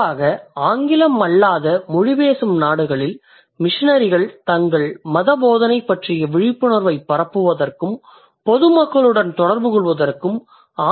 குறிப்பாக ஆங்கிலம் அல்லாத மொழி பேசும் நாடுகளில் மிசனரிகள் தங்கள் மத போதனை பற்றிய விழிப்புணர்வைப் பரப்புவதற்கும் பொதுமக்களுடன் தொடர்புகொள்வதற்கும்